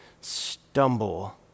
stumble